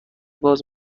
باز